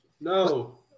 No